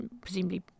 presumably